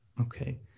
Okay